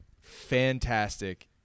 fantastic